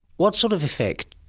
what sort of effect,